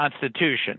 Constitution